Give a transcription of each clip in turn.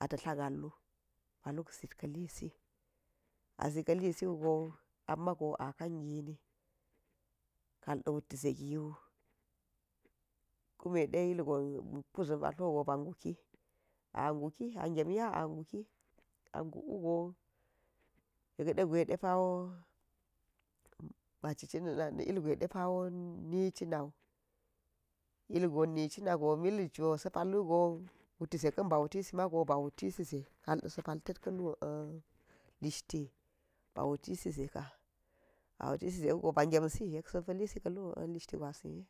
A ta̱ tla gal wu ba luk zit ka̱ li si, a zi ka̱li siwugo amma go a kan gini kal da̱ wutti ze giwu kume de ilgon kuza̱n ba̱ tlo go ba ngu ki, anguki, a gem nya a nguki, a nguk wugo yek de gwe depawo ba cikina na̱ ilgwe depawo ni cinala, ilgan micinago mil jo spa̱l wugo wutti ze ka̱n bawuti simago ba wuti si ze ka̱l de sa̱ pal tet ka̱ a wutisi sze wugo ba gem si yek sa̱ pa̱lisi ka̱ lu listi gwasin yeh,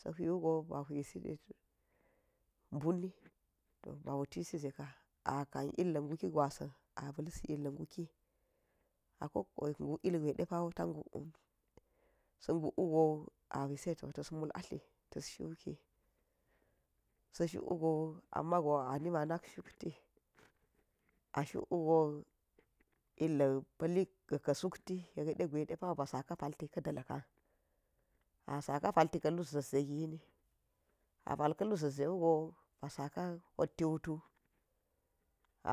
sa̱ hwi wugo ba hwi de buni ba wuti si ze ka akan illa̱ nguki gwansan, a sa̱l si illa ngu ki, a kokko ngu’u, sa nguk u go a wulse to tas mul a talt ta̱s shuki sa̱ shuk wugo ammago a nima shuk ti, a shuk wugo illa pa̱li ga̱ ka̱ suk ti yek degwe depawo ba sa ka palti ka̱ da̱l kan a saka palti ka̱ lu za̱t ze gini a pal ka̱ in zat ze wugo a sak hot ti wutu,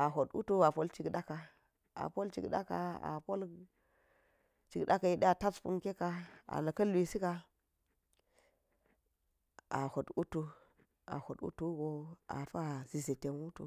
a hot wutu a pol chida ka, a pol chik da̱n ka̱yide atas punke ka a la̱ka̱n lusika a hot wuda a hot wutu go a zi ze ten wutu.